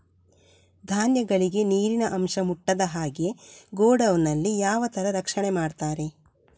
ಧಾನ್ಯಗಳಿಗೆ ನೀರಿನ ಅಂಶ ಮುಟ್ಟದ ಹಾಗೆ ಗೋಡೌನ್ ನಲ್ಲಿ ಯಾವ ತರ ರಕ್ಷಣೆ ಮಾಡ್ತಾರೆ?